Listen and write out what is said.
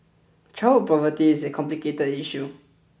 childhood poverty is a complicated issue